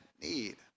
need